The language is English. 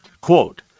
quote